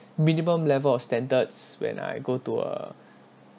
minimum level of standards when I go to a